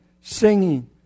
singing